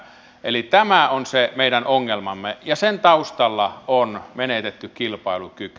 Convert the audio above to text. eli tämä on se meidän ongelmamme ja sen taustalla on menetetty kilpailukyky